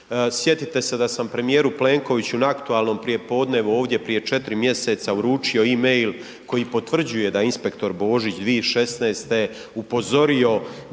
Sjetite se da sam premijeru Plenkoviću na aktualnom prijepodnevu ovdje prije 4 mjeseca uručio e-mail koji potvrđuje da inspektor Božić 2016.upozorio